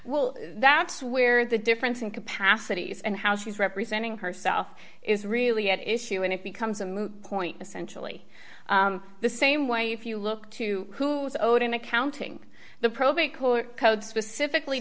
well that's where the difference in capacity is and how she's representing herself is really at issue and it becomes a moot point essentially the same way if you look to who is owed an accounting the probate court code specifically